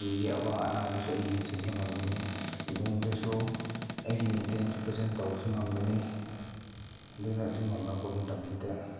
ꯃꯤꯒꯤ ꯑꯋꯥ ꯑꯅꯥꯗꯁꯨ ꯑꯩ ꯌꯦꯡꯁꯤꯟꯕ ꯉꯝꯒꯅꯤ ꯏꯃꯨꯡꯗꯁꯨ ꯑꯩꯒꯤ ꯃꯦꯟꯇꯦꯟꯁꯨ ꯐꯖꯅ ꯇꯧꯕꯁꯨ ꯉꯝꯒꯅꯤ ꯑꯗꯨꯅ ꯑꯗꯨ ꯉꯝꯂꯛꯄ ꯃꯇꯝꯁꯤꯗ